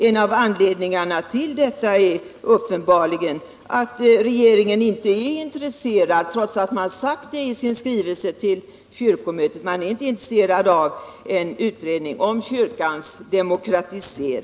En av anledningarna är uppenbarligen att regeringen inte är intresserad av en utredning om kyrkans demokratisering, trots att man sagt det i sin skrivelse till kyrkomötet.